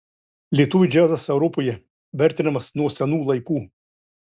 lietuvių džiazas europoje vertinamas nuo senų laikų